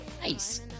Nice